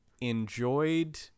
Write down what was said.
enjoyed